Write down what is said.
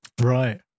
Right